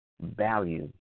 value